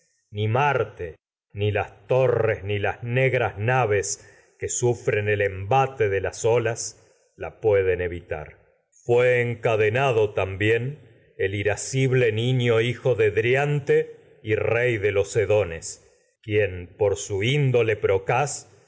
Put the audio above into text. ni marte ni sufren el las torres ni las la pue negras den naves que embate de las olas también el evitar fué encadenado irascible niño hijo de driante le procaz y rey de los edones quien por por su índo